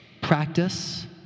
practice